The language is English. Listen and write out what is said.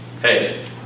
hey